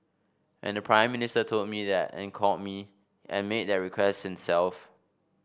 and the Prime Minister told me that and called me and made that request himself